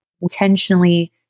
intentionally